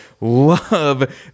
love